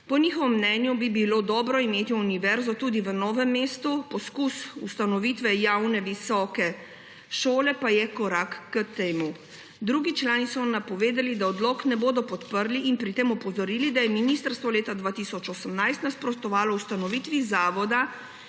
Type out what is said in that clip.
Po njihovem mnenju bi bilo dobro imeti univerzo tudi v Novem mestu, poskus ustanovitve javne visoke šole pa je korak k temu. Drugi člani so napovedali, da odloka ne bodo podprli in pri tem opozorili, da je ministrstvo leta 2018 nasprotovalo ustanovitvi zavoda